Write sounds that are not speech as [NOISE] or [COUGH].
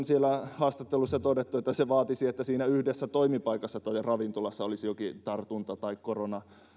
[UNINTELLIGIBLE] siellä haastattelussa on todettu että käytännössä se vaatisi monesti että siinä yhdessä toimipaikassa tai ravintolassa olisi jokin tartunta tai korona